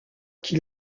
qui